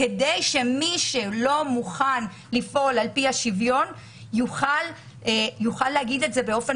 כדי שמי שלא מוכן לפעול על פי השוויון יוכל לומר זאת באופן